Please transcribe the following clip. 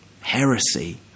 heresy